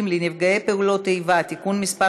איבה (תיקון מס'